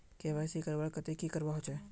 KYC करवार केते की करवा होचए?